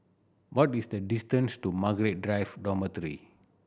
what is the distance to Margaret Drive Dormitory